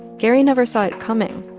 gary never saw it coming.